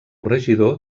regidor